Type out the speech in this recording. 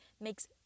makes